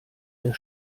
der